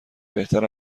بهتر